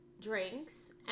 drinks